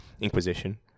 inquisition